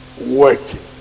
working